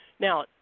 now